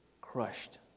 crushed